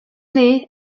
nii